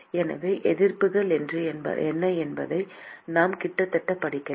எனவே எதிர்ப்புகள் என்ன என்பதை நாம் கிட்டத்தட்ட படிக்கலாம்